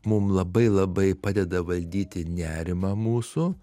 mum labai labai padeda valdyti nerimą mūsų